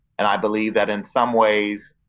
and i believe that in some ways,